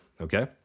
okay